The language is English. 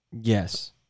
yes